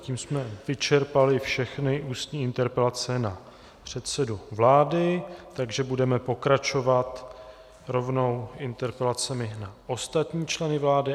Tím jsme vyčerpali všechny ústní interpelace na předsedu vlády, takže budeme pokračovat rovnou interpelacemi na ostatní členy vlády.